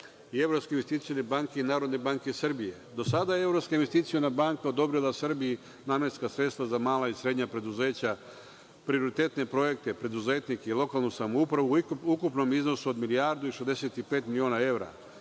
i Evropske investicione banke i NBS. Do sada je Evropska investiciona banka odobrila Srbiji namenska sredstva za mala i srednja preduzeća, prioritetne projekte, preduzetnike i lokalnu samoupravu u ukupnom iznosu od milijardu i 65 miliona